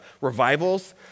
revivals